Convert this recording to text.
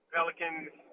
Pelicans